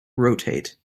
rotate